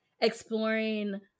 exploring